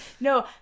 No